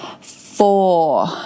four